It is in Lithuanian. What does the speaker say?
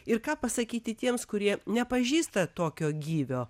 ir ką pasakyti tiems kurie nepažįsta tokio gyvio